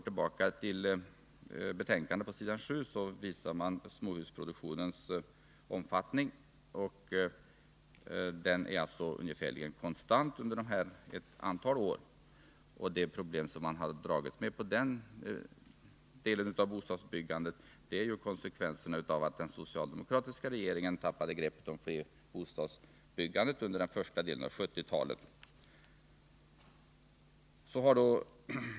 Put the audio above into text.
I betänkandet på s. 7 redovisas omfattningen av småhusproduktionen, och man kan konstatera att den under ett antal år varit praktiskt taget konstant. Det problem som vi när det gäller den här delen av bostadsbyggandet har fått dras med är konsekvenserna av att den socialdemokratiska regeringen tappade greppet om flerbostadsbyggandet under den första delen av 1970-talet.